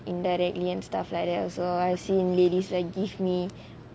indirectly and stuff like that also I seen ladies like give me